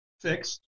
fixed